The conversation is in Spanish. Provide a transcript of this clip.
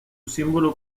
símbolo